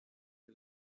che